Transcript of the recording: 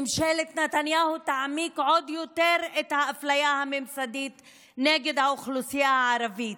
ממשלת נתניהו תעמיק עוד יותר את האפליה הממסדית נגד האוכלוסייה הערבית,